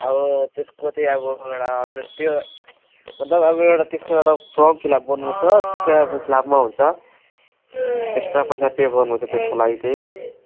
अब त्यसको चाहिँ अब एउटा त्यो मतलब अब एउटा त्यसको त फर्म फिल अप गर्नु पर्छ त्यसको अब लामो हुन्छ एक्स्ट्रा पैसा पे गर्नु पर्छ त्यसको लागि चाहिँ